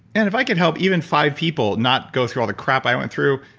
and if i could help even five people not go through all the crap i went through,